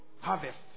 harvest